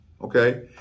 Okay